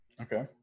Okay